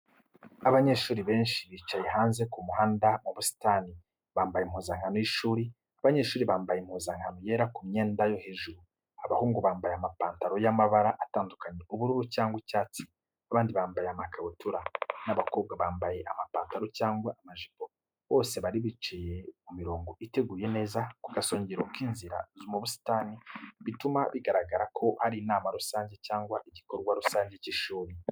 Abanyeshuri benshi bicaye hanze ku muhanda mubusitani, bambaye impuzankano y’ishuri. Abanyeshuri bambaye impuzankano yera ku myenda yo hejuru, abahungu bambaye amapantaro y’amabara atandukanye: ubururu cyangwa icyatsi, abandi bambaye amakabutura, n’abakobwa bambaye amapantaro cyangwa amajipo. Bose bari bicaye mu mirongo iteguye neza ku gasongero k’inzira mubusitani, bituma bigaragara ko hari inama rusange cyangwa igikorwa rusange cy’ishuri.